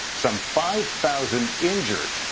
some five thousand injured.